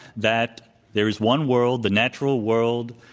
that there is one world, the natural world.